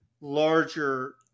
larger